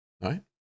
Right